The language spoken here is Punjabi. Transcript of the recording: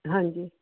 ਹਾਂਜੀ